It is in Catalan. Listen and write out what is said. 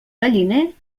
galliner